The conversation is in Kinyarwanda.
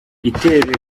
itorero